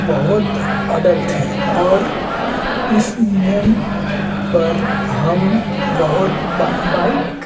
बहुत अटल थे और इस नियम पर हम बहुत बाइक